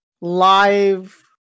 live